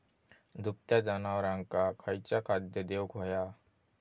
दुभत्या जनावरांका खयचा खाद्य देऊक व्हया?